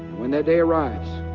when that day arrives,